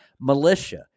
Militia